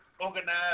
organize